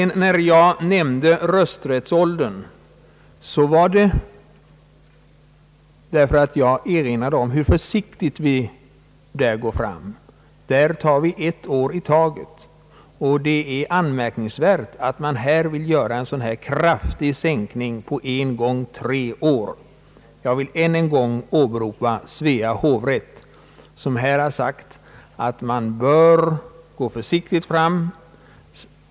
När jag nämnde rösträttsåldern ville jag därmed erinra om hur försiktigt vi där går fram. Där tar vi ett år i taget, och det är då anmärkningsvärt att man här vill göra en så kraftig sänkning som med på en gång tre år. Jag vill än en gång åberopa Svea hovrätt, som framhållit att man bör gå försiktigt fram.